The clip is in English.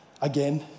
again